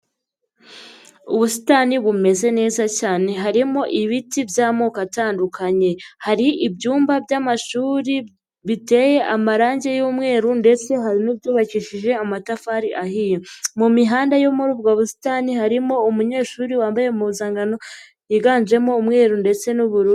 Ubusitani bumeze neza cyane harimo ibiti by'amoko atandukanye, hari ibyumba by'amashuri biteye amarangi y'umweru ndetse hari n'ibyubakishije amatafari ahiye, mu mihanda yo muri ubwo busitani harimo umunyeshuri wambaye impuzangano yiganjemo umweru ndetse n'ubururu.